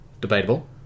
Debatable